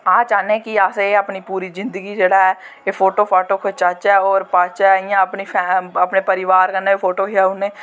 अस चाह्न्ने कि अस अपनी पूरी जिन्दगी जेह्ड़ा ऐ ते फोटो फाटो खचाचै और इयां पाच्चै अपने परिवार कन्नै फोटो खचाचै